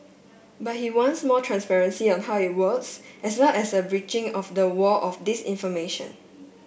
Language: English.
but he wants more transparency on how it works as well as a breaching of the wall of disinformation